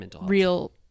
real